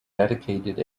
dedicated